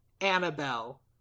Annabelle